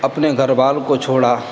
اپنے گھر بار کو چھوڑا